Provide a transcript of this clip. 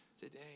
today